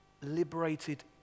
liberated